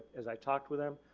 as i talked with them,